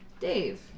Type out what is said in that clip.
Dave